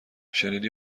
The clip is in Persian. شنیدی